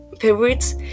favorites